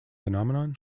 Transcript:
phenomenon